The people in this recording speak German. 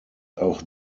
auch